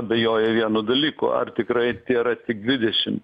abejojo vienu dalyku ar tikrai tėra tik dvidešim